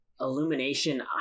Illumination